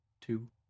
two